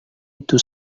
itu